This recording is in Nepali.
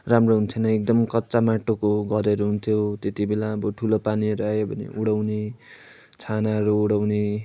राम्रो हुन्थेन एकदम कच्चा माटोको घरहरू हुन्थ्यो त्यति बेला अब ठुलो पानीहरू आयो भने उडाउने छानाहरू उडाउने